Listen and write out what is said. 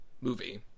movie